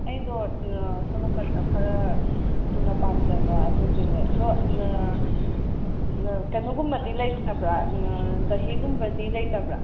ꯑꯩꯗꯣ ꯁꯣꯝꯅꯥꯀꯟꯗ ꯈꯔ ꯊꯨꯅ ꯄꯥꯝꯖꯕ ꯑꯗꯨꯒꯤꯅꯦ ꯑꯗꯣ ꯀꯩꯅꯣꯒꯨꯝꯕꯗꯤ ꯂꯩꯇ꯭ꯔꯕꯔꯥ ꯗꯍꯤꯒꯨꯝꯕꯗꯤ ꯂꯩꯇꯕ꯭ꯔꯥ